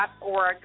Org